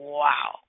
wow